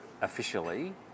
officially